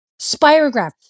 spirograph